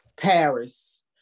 Paris